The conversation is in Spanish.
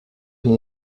sin